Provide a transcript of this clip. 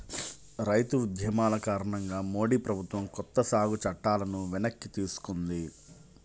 రైతు ఉద్యమాల కారణంగా మోడీ ప్రభుత్వం కొత్త సాగు చట్టాలను వెనక్కి తీసుకుంది